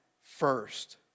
first